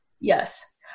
Yes